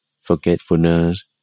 forgetfulness